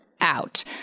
out